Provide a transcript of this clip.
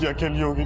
yeah can you